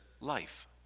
life